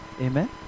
Amen